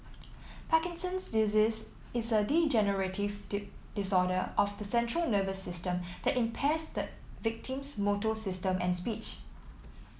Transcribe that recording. Parkinson's disease is a degenerative disorder of the central nervous system that impairs the victim's motor system and speech